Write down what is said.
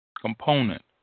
component